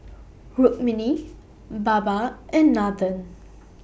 Rukmini Baba and Nathan